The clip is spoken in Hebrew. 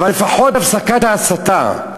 אבל לפחות הפסקת ההסתה.